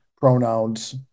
pronouns